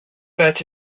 bet